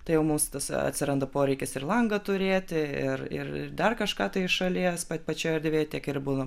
tai jau mums tas atsiranda poreikis ir langą turėti ir ir dar kažką tai iš šalies pačioj erdvėj tiek ir būna